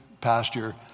pasture